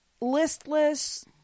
listless